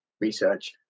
research